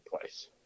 place